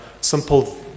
simple